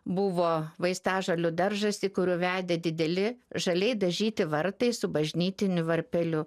buvo vaistažolių daržas į kurį vedė dideli žaliai dažyti vartai su bažnytiniu varpeliu